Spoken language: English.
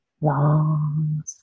long